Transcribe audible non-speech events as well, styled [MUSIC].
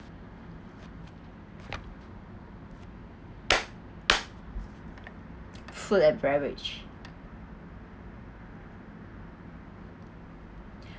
[NOISE] [NOISE] food and beverage [BREATH]